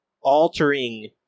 altering